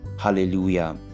Hallelujah